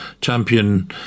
champion